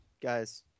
guys